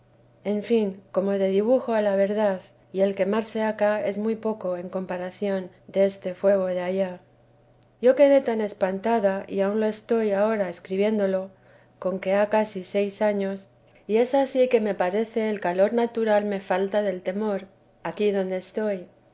en fin como del dibujo a la verdad y el quemarse acá es muy poco en comparación deste fuego de allá yo quedé tan espantada y aun lo estoy ahora escribiéndolo con que ha casi seis años y es ansí que me parece el calor natural me falta de temor aquí donde estoy